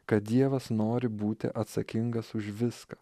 kad dievas nori būti atsakingas už viską